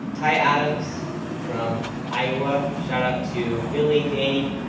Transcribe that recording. ty adams from iowa, shout-out to billy, danny,